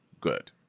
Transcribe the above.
good